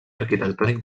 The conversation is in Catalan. arquitectònic